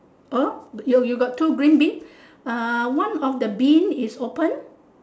per you you got two green bin uh one of the bin is open